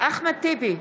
אחמד טיבי,